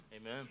Amen